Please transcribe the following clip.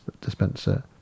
dispenser